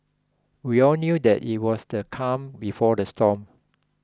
we all knew that it was the calm before the storm